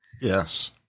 Yes